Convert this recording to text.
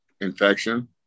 infection